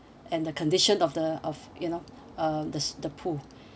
and the condition of the of you know uh the the pool